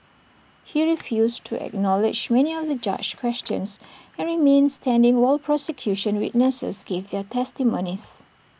he refused to acknowledge many of the judge's questions and remained standing while prosecution witnesses gave their testimonies